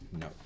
No